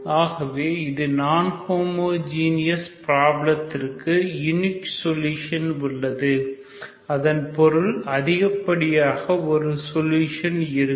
ஆகவே இது நான் ஹோமோஜீனஸ் பிராப்லத்திற்கு யுனிக் சொல்யூஷன் உள்ளது அதன் பொருள் அதிகப்படியாக ஒரு சொல்யூஷன் இருக்கும்